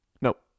Nope